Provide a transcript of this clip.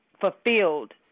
fulfilled